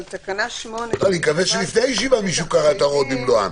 אבל תקנה 8 --- אני מקווה שלפני הישיבה מישהו קרא את ההוראות במלואן.